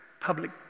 public